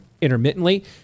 intermittently